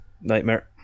nightmare